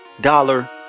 dollar